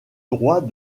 droit